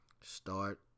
start